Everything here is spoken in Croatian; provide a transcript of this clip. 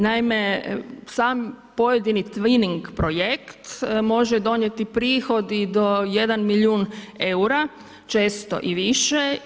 Naime sam pojeftini Twinning projekt može donijeti prihod i do jedan milijun eura, često i više.